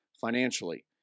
financially